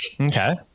Okay